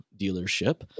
dealership